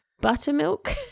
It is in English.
buttermilk